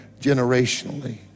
generationally